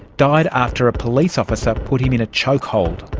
died after a police officer put him in a chokehold.